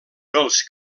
els